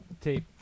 tape